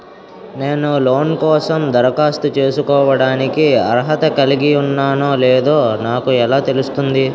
నేను లోన్ కోసం దరఖాస్తు చేసుకోవడానికి అర్హత కలిగి ఉన్నానో లేదో నాకు ఎలా తెలుస్తుంది?